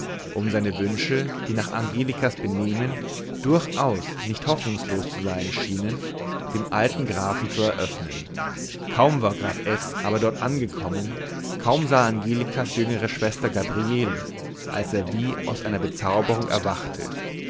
um seine wünsche die nach angelikas benehmen durchaus nicht hoffnungslos zu sein schienen dem alten grafen zu eröffnen kaum war graf s aber dort angekommen kaum sah er angelikas jüngere schwester gabriele als er wie aus einer bezauberung erwachte